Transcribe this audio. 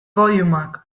podiumak